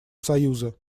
союза